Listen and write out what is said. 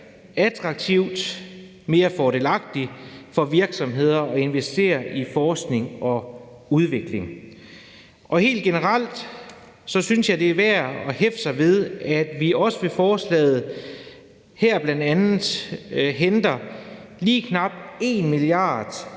attraktivt og mere fordelagtigt for virksomheder at investere i forskning og udvikling. Helt generelt synes jeg, det er værd at hæfte sig ved, at vi også med forslaget her bl.a. henter lige knap 1 mia.